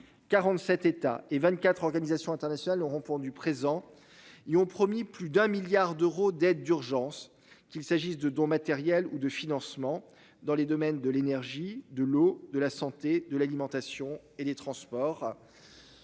47 États et 24 organisations internationales ont répondu présents et ont promis plus d'un milliard d'euros d'aide d'urgence, qu'il s'agisse de dons matériels ou de financement dans les domaines de l'énergie de l'eau de la santé de l'alimentation et les transports.